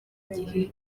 gihe